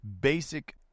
basic